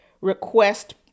request